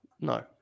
No